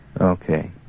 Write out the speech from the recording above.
Okay